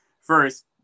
first